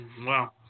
Wow